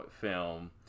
film